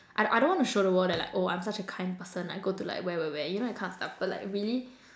I I don't wanna show the world that like oh I'm such a kind person I go to like where where where you know that kind of stuff but like really